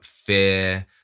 fear